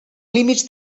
límits